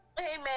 Amen